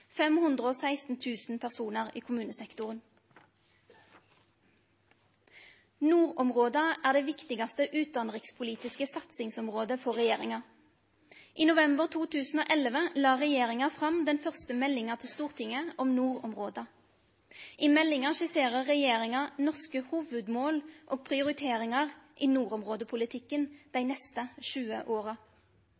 personar i kommunesektoren. Nordområda er det viktigaste utanrikspolitiske satsingsområdet for regjeringa. I november 2011 la regjeringa fram den første meldinga til Stortinget om nordområda. I meldinga skisserer regjeringa norske hovudmål og prioriteringar i nordområdepolitikken dei